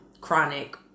chronic